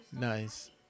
Nice